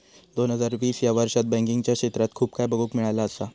दोन हजार वीस ह्या वर्षात बँकिंगच्या क्षेत्रात खूप काय बघुक मिळाला असा